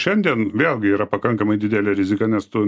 šiandien vėlgi yra pakankamai didelė rizika nes tu